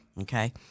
Okay